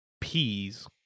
peas